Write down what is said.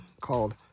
called